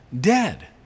dead